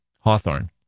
Hawthorne